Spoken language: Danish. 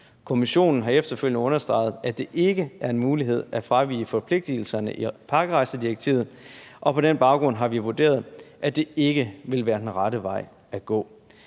Kommissionen har efterfølgende understreget, at det ikke er en mulighed at fravige forpligtigelserne i pakkerejsedirektivet, og på den baggrund har vi vurderet, at det ikke vil være den rette vej at gå.